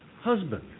husband